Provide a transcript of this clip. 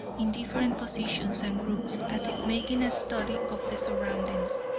in different positions and groups, as if making a study of the surroundings.